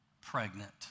pregnant